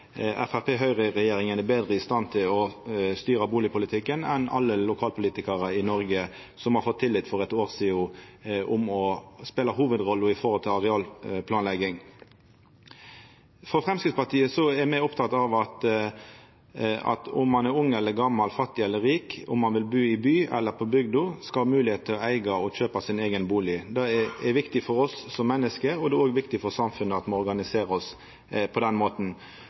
at Høgre-Framstegsparti-regjeringa er betre i stand til å styra bustadpolitikken enn alle lokalpolitikarane i Noreg – som for eit år sidan fekk tillit for å spela hovudrolla når det gjeld arealplanlegging. Framstegspartiet er oppteke av at om ein er ung eller gamal, fattig eller rik – om ein vil bu i byen eller på bygda, skal ein ha moglegheit til å kjøpa og eiga sin eigen bustad. Det er viktig for oss som menneske, det er òg viktig for samfunnet at me organiserer oss på den måten.